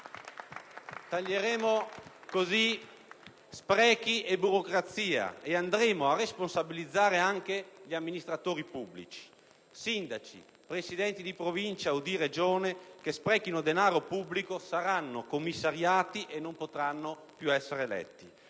Taglieremo così sprechi e burocrazia ed andremo a responsabilizzare anche gli amministratori pubblici: sindaci, presidenti di Provincia o di Regione che sprechino denaro pubblico saranno commissariati e non potranno più essere eletti.